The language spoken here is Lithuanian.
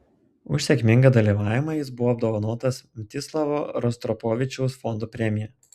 už sėkmingą dalyvavimą jis buvo apdovanotas mstislavo rostropovičiaus fondo premija